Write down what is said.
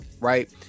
Right